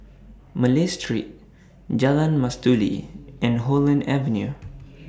Malay Street Jalan Mastuli and Holland Avenue